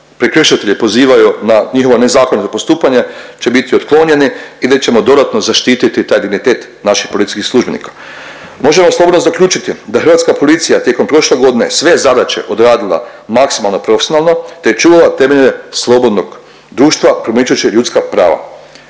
prekršitelji pozivaju na njihovo nezakonito postupanje će biti otklonjeni i već ćemo dodatno zaštititi taj dignitet naših policijskih službenika. Možemo slobodno zaključiti da hrvatska policija tijekom prošle godine sve zadaća odradila maksimalno profesionalno te je čuvala temelje slobodnog društva promičući ljudska prava.